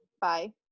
Bye